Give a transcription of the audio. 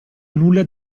nulla